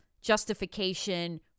justification